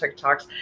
TikToks